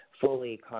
fully